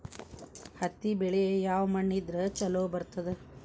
ಹತ್ತಿ ಬೆಳಿ ಯಾವ ಮಣ್ಣ ಇದ್ರ ಛಲೋ ಬರ್ತದ?